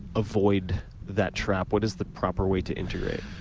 avoid that trap? what is the proper way to integrate?